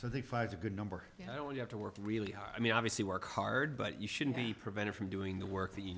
so they five a good number you know you have to work really hard i mean obviously work hard but you shouldn't be prevented from doing the work that you